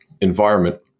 environment